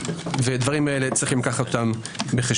ואת הדברים הללו יש לקחת בחשבון.